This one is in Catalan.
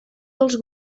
dels